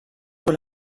pour